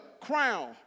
crown